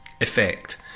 effect